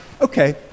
okay